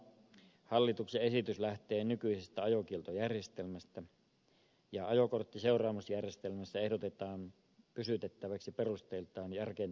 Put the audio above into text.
hallituksen esitys lähtee nykyisestä ajokieltojärjestelmästä ja ajokorttiseuraamusjärjestelmä ehdotetaan pysytettäväksi perusteiltaan ja rakenteeltaan ennallaan